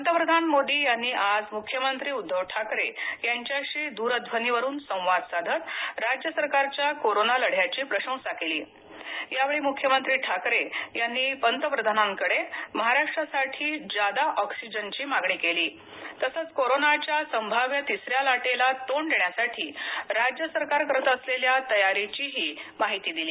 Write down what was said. पंतप्रधान मोदी यांनी आज मुख्यमंत्री उद्धव ठाकरे यांच्याशी दूरध्वनीवरून संवाद साधत राज्य सरकारच्या कोरोना लढ्याची प्रशंसा केली यावेळी मुख्यमंत्री ठाकरे यांनी पंतप्रधानांकडे महाराष्ट्रासाठी ज्यादा ऑक्सिजन ची मागणी केली तसंच कोरोनाच्या संभाव्य तिसऱ्या लाटेला तोंड देण्यासाठी राज्य सरकार करत असलेल्या तयारीची ही माहिती दिली